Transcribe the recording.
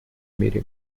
мере